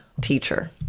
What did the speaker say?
teacher